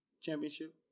championship